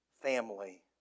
family